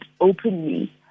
openly